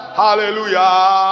hallelujah